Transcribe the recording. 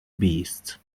beasts